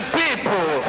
people